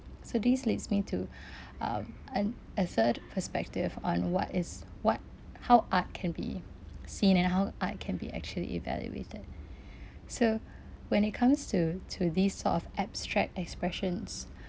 so this leads me to um un~ a third perspective on what is what how art can be seen and how uh can be actually evaluated so when it comes to to these sort of abstract expressions